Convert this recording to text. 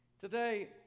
Today